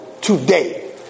Today